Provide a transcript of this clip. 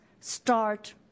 start